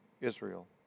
Israel